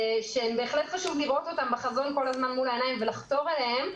שבהחלט חשוב לראות אותם כל הזמן מול העיניים בחזון ולחתור אליהם.